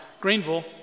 Greenville